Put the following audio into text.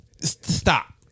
Stop